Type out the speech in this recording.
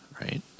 right